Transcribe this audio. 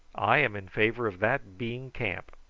i am in favour of that being camp.